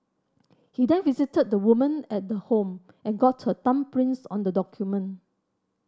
he then visited the woman at the home and got her thumbprints on the document